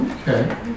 Okay